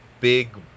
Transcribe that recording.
big